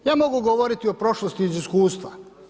Ja mogu govoriti o prošlosti iz iskustva.